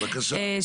בבקשה.